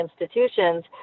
institutions